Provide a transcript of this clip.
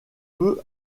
peu